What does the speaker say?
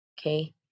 Okay